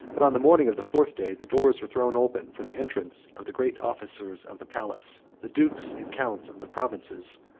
but, on the morning of the fourth day, the doors were thrown open for the entrance of the great officers of the palace, the dukes and counts of the provinces,